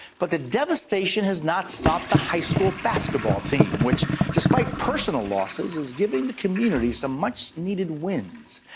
but the devastation has not stopped the high school basketball team. which despite personal losses is giving the community some much needed wins.